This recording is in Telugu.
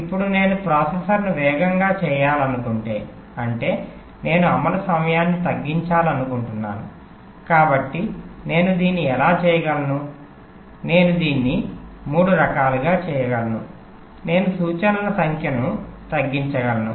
ఇప్పుడు నేను ప్రాసెసర్ను వేగంగా చేయాలనుకుంటే అంటే నేను అమలు సమయాన్ని తగ్గించాలనుకుంటున్నాను కాబట్టి నేను దీన్ని ఎలా చేయగలను నేను దీన్ని మూడు రకాలుగా చేయగలను నేను సూచనల సంఖ్యను తగ్గించగలను